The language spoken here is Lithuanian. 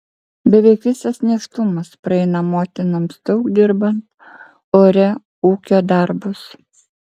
beveik visas nėštumas praeina motinoms daug dirbant ore ūkio darbus